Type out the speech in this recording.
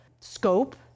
scope